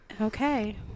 Okay